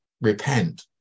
repent